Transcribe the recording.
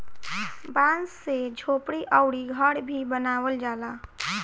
बांस से झोपड़ी अउरी घर भी बनावल जाला